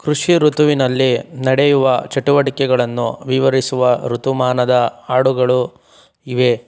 ಕೃಷಿ ಋತುವಿನಲ್ಲಿ ನಡೆಯುವ ಚಟುವಟಿಕೆಗಳನ್ನು ವಿವರಿಸುವ ಋತುಮಾನದ ಆಡುಗಳು ಇವೆ